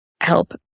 help